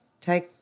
take